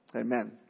Amen